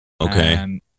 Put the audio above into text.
Okay